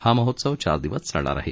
हा महोत्सव चार दिवस चालणार आहे